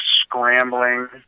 scrambling